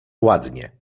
ładnie